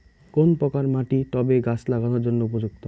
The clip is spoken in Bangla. কোন প্রকার মাটি টবে গাছ লাগানোর জন্য উপযুক্ত?